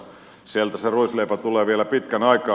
sieltä se ruisleipä tulee vielä pitkän aikaa